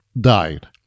died